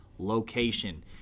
location